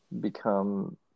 become